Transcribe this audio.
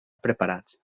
preparats